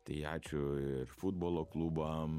tai ačiū ir futbolo klubam